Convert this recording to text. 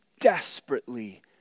desperately